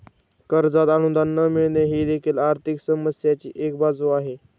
कर्जात अनुदान न मिळणे ही देखील आर्थिक समस्येची एक बाजू आहे